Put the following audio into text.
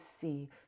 see